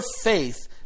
faith